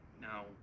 now